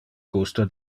gusto